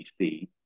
BC